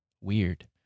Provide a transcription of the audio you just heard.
weird